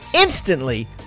instantly